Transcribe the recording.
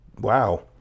Wow